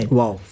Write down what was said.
wow